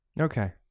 okay